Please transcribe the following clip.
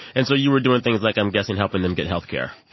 and so you were doing things like, i'm guessing, helping them get health care?